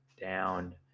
down